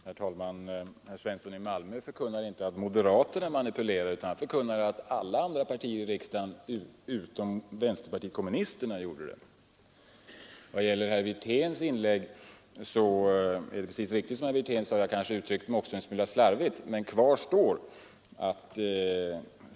Herr talman! Herr Svensson i Malmö förkunnar inte att moderaterna manipulerar, utan han förkunnar att alla partier i riksdagen utom vänsterpartiet kommunisterna manipulerar. I vad gäller herr Wirténs inlägg är det precis riktigt som han sade — där kanske jag uttryckte mig en smula slarvigt.